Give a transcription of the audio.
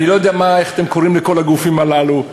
אני לא יודע איך אתם קוראים לכל הגופים הללו.